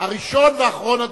הראשון ואחרון הדוברים.